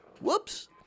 Whoops